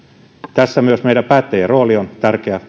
tässä myös meidän päättäjien rooli on tärkeä